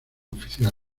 oficial